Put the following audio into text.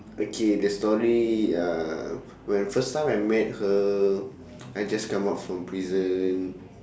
okay the story uh when first time I met her I just come out from prison